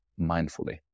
mindfully